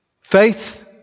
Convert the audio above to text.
faith